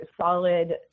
solid